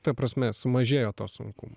ta prasme sumažėjo to sunkumo